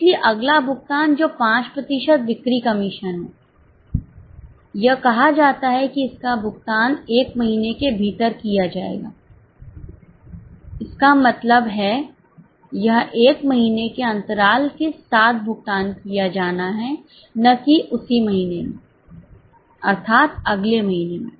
इसलिए अगला भुगतान जो 5 प्रतिशत बिक्री कमीशन है यह कहा जाता है कि इसका भुगतान एक महीने के भीतर किया जाएगा इसका मतलब है यह एक महीने के अंतराल के साथ भुगतान किया जाना है न किउसी महीने में अर्थात अगले महीने में